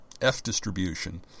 f-distribution